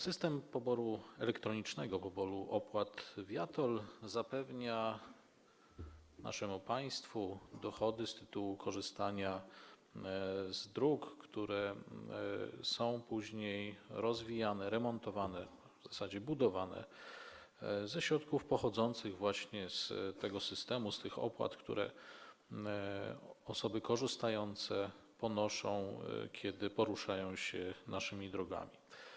System elektronicznego poboru opłat viaTOLL zapewnia naszemu państwu dochody z tytułu korzystania z dróg, które są później rozwijane, remontowane, w zasadzie budowane ze środków pochodzących właśnie z tego systemu, z tych opłat, które ponoszą osoby z niego korzystające, kiedy poruszają się naszymi drogami.